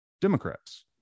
Democrats